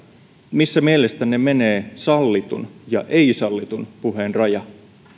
missä mielestänne menee sallitun ja ei sallitun puheen raja